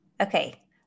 Okay